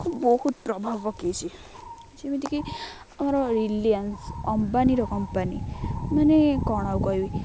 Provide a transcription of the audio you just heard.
ବହୁତ ପ୍ରଭାବ ପକାଇଛି ଯେମିତିକି ଆମର ରିଲିଆନ୍ସ ଅମ୍ପାନୀର କମ୍ପାନୀ ମାନେ କ'ଣ ଆଉ କହିବି